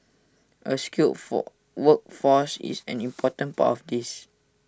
A skilled for workforce is an important part of this